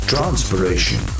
Transpiration